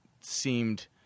seemed